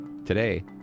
Today